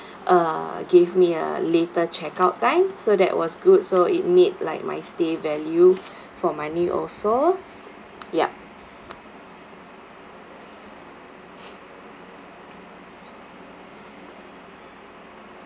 uh gave me a later check out time so that was good so it made like my stay value for money also yup